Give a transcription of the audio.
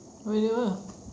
habis dia apa